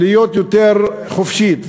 להיות יותר חופשית,